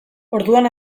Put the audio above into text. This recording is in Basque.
orduan